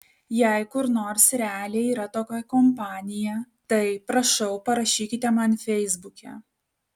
jei kur nors realiai yra tokia kompanija tai prašau parašykite man feisbuke